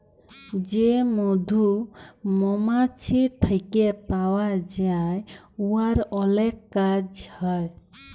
যে মধু মমাছি থ্যাইকে পাউয়া যায় উয়ার অলেক কাজ হ্যয়